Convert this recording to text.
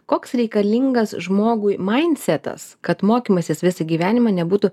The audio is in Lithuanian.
koks reikalingas žmogui majncetas kad mokymasis visą gyvenimą nebūtų